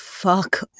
fuck